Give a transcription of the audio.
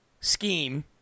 scheme